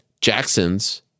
Jacksons